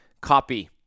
copy